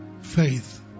faith